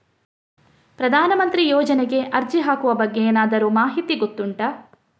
ಪ್ರಧಾನ ಮಂತ್ರಿ ಯೋಜನೆಗೆ ಅರ್ಜಿ ಹಾಕುವ ಬಗ್ಗೆ ಏನಾದರೂ ಮಾಹಿತಿ ಗೊತ್ತುಂಟ?